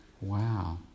Wow